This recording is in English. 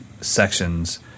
sections